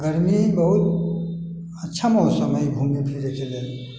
गरमी बहुत अच्छा मौसम हइ घुमै फिरैके लेल